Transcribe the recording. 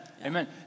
Amen